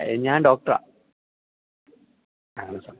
ഞാൻ ഡോക്ടറാണ് ആണ് സാർ